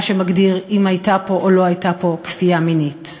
שמגדיר אם הייתה פה או לא הייתה פה כפייה מינית.